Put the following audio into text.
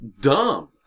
Dumb